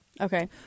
Okay